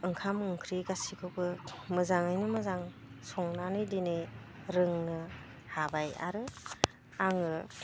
ओंखाम ओंख्रि गासिखौबो मोजाङैनो मोजां संनानै दिनै रोंनो हाबाय आरो आङो